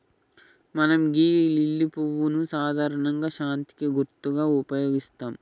మనం గీ లిల్లీ పువ్వును సాధారణంగా శాంతికి గుర్తుగా ఉపయోగిత్తం